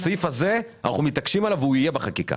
אנחנו מתעקשים על הסעיף הזה והוא יהיה בחקיקה.